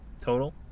total